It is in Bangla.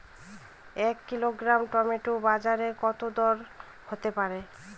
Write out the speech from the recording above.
এক কিলোগ্রাম টমেটো বাজের দরকত হতে পারে?